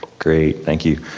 great, thank you.